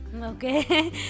okay